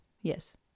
Yes